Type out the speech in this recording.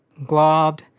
globbed